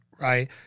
right